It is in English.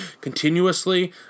continuously